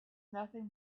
nothing